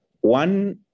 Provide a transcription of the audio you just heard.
One